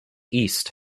east